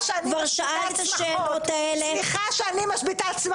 ושל המשפחות האלה שבחרו בדרך התורה.